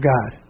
God